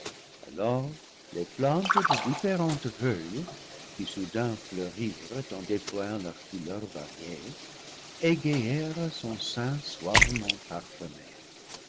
alors les plantes des différentes feuilles qui soudain fleurirent en déployant leurs couleurs variées égayèrent son sein suavement parfumé